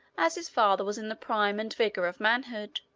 as his father was in the prime and vigor of manhood,